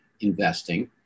investing